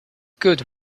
good